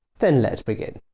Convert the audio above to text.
then let's begin!